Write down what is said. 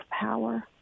power